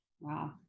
wow